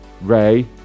Ray